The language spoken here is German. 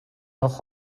noch